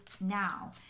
now